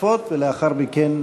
לאחר מכן,